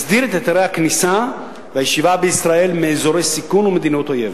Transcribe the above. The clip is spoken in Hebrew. מסדיר את היתרי הכניסה והישיבה בישראל מאזורי סיכון ומדינות אויב.